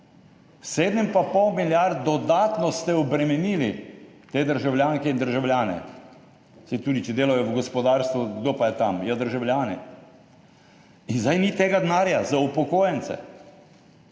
7,5 milijarde ste dodatno obremenili te državljanke in državljane. Saj, tudi če delajo v gospodarstvu, kdo pa je tam? Ja, državljani. In zdaj ni tega denarja za upokojence.